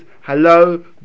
Hello